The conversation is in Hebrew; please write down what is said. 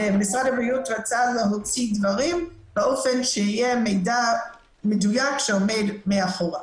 ומשרד הבריאות רצה להוציא דברים באופן שיהיה מידע מדויק שעומד מאחור.